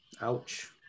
Ouch